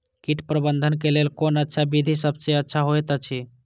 कीट प्रबंधन के लेल कोन अच्छा विधि सबसँ अच्छा होयत अछि?